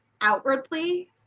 outwardly